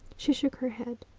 she shook her head.